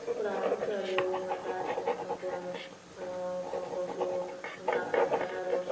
କୁକୁଡ଼ା ହେଉ ଛେଳି ହେଉ ମେଣ୍ଢା ସମସ୍ତଙ୍କୁ ଆମେ ପଶୁ ଡାକ୍ତରଖାନାରୁ